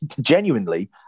genuinely